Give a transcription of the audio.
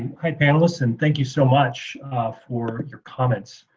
hi panelists, and thank you so much for your comments.